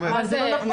אבל זה לא נכון.